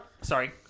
sorry